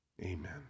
Amen